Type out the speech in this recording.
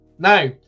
Now